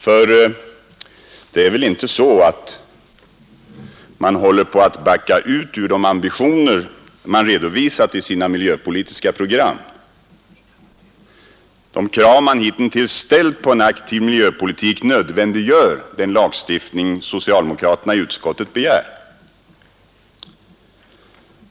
Ty det är väl inte så att man håller på att backa ut från de ambitioner man redovisat i sina miljöpolitiska program? De krav man hitintills ställt på en aktiv miljöpolitik nödvändiggör den lagstiftning socialdemokraterna i utskottet begär.